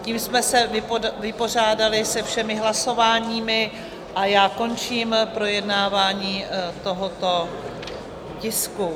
Tím jsme se vypořádali se všemi hlasováními a já končím projednávání tohoto tisku.